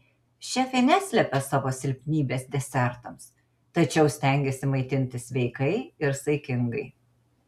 šefė neslepia savo silpnybės desertams tačiau stengiasi maitintis sveikai ir saikingai